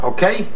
Okay